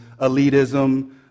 elitism